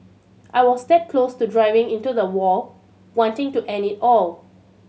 I was that close to driving into the wall wanting to end it all